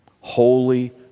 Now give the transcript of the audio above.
Holy